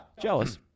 Jealous